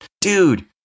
dude